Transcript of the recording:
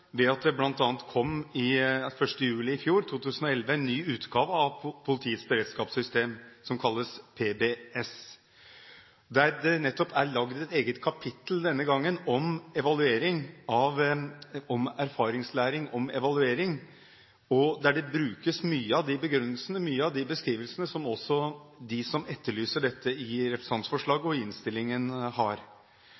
– i 2011 – kom en ny utgave av Politiets beredskapssystem, som kalles PBS, der det nettopp denne gangen er laget et kapittel om erfaringslæring av evaluering. Der brukes mange av de begrunnelsene, beskrivelsene, som også de som etterlyser dette i representantforslaget